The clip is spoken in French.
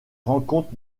rencontre